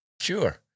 Sure